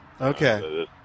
Okay